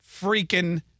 freaking